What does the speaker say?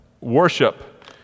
worship